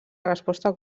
resposta